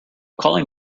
calling